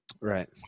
Right